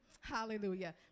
Hallelujah